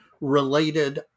related